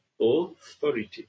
authority